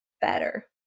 better